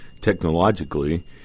technologically